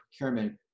procurement